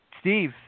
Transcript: Steve